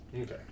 Okay